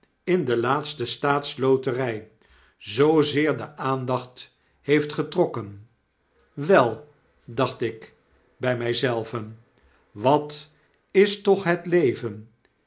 in de laatste staatslotery zoozeer de aandacht heeft getrokken wel dacht ik by my zelven wat is toch het leven